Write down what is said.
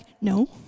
no